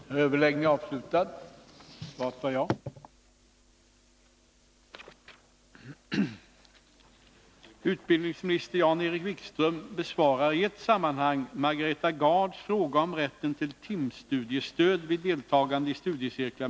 På ett flertal arbetsplatser har startats en studiecirkel, Framtid för Sverige, i ABF:s regi. Enligt förordet till studiehandledningen är syftet med studierna att sprida kunskap om programmet och göra medlemmarna rustade att delta i valarbetet som måste till för en socialdemokratisk valseger den 19 september 1982.